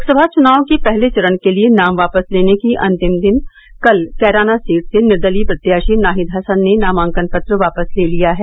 लोकसभा च्नाव के पहले चरण के लिए नाम वापस लेने के अंतिम दिन कल कैराना सीट से निर्दलीय प्रत्याशी नाहिद हसन ने नामांकन पत्र वापस ले लिया है